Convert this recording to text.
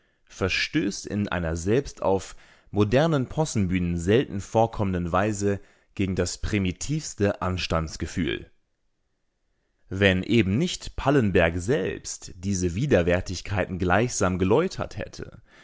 verstößt in einer selbst auf der modernen possenbühne selten vorkommenden weise gegen das primitivste anstandsgefühl wenn eben nicht pallenberg selbst diese widerwärtigkeiten gleichsam geläutert hätte